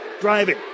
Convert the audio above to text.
driving